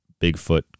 Bigfoot